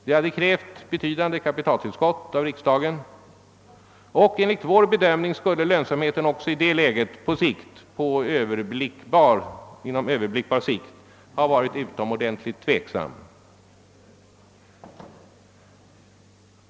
Det hade krävt betydande kapitaltillskott av riksdagen, men enligt vår bedömning skulle lönsamheten också i det läget ha varit utomordentligt osäker inom en överblickbar framtid.